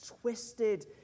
twisted